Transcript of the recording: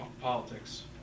politics